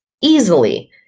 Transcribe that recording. easily